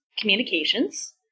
communications